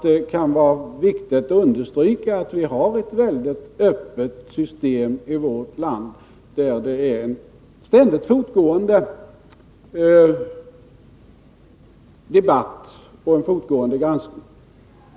Det kan vara viktigt att understryka att vi har ett väldigt öppet system i vårt Nr 154 land med en ständigt pågående debatt och fortgående granskning.